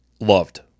loved